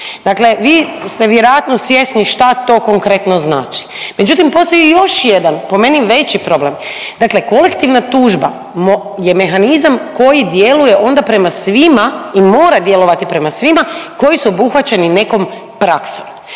Dakle vi ste vjerojatno svjesni šta to konkretno znači. Međutim, postoji još jedan po meni veći problem. Dakle kolektivna tužba je mehanizam koji djeluje onda prema svima i mora djelovati prema svima koji su obuhvaćeni nekom praksom